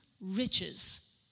riches